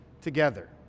together